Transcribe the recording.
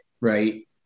Right